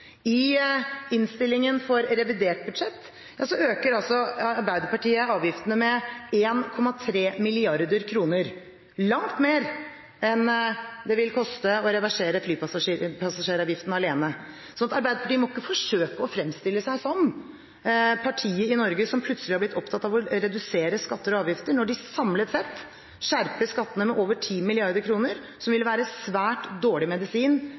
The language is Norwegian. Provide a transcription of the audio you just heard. I innstillingen for revidert budsjett øker Arbeiderpartiet avgiftene med 1,3 mrd. kr – langt mer enn det vil koste å reversere flypassasjeravgiften alene. Så Arbeiderpartiet må ikke forsøke å fremstille seg som partiet i Norge som plutselig har blitt opptatt av å redusere skatter og avgifter, når de samlet sett skjerper skattene med over 10 mrd. kr, noe som ville vært svært dårlig medisin